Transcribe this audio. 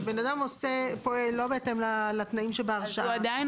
שאדם פועל לא בהתאם לתנאים בהרשאה -- נכון,